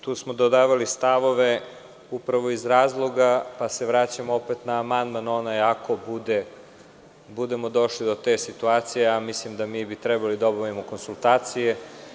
Tu smo dodavali stavove upravo iz razloga, pa se vraćam opet na onaj amandman, ako budemo došli do te situacije, a mislim da bi trebalo da obavimo konsultacije.